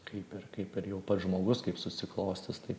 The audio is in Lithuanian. kaip ir kaip ir jau pats žmogus kaip susiklostys tai